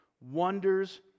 wonders